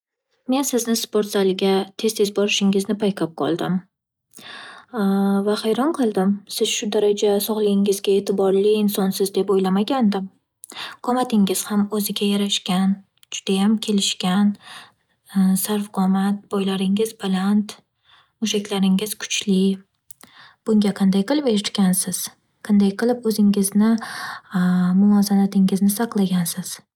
Men sizni sport zaliga tez-tez borishingizni payqab qoldim va hayron qoldim. Siz shu daraja sog'ligingizga e'tiborli insonsiz deb o'ylamagandim. Qomatingiz ham o'ziga yarashgan, judayam kelishgan, sarvqomat, bo'ylaringiz baland, mushaklaringiz kuchli. Bunga qanday qilib erishgansiz? Qanday qilib o'zingizni muvozanatingizni saqlagansiz?